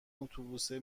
اتوبوسه